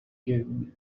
گرونه